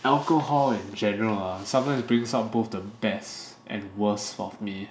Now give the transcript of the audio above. alcohol in general ah sometimes brings out both the best and worst of me